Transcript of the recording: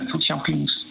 champions